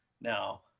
now